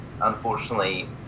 unfortunately